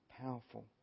powerful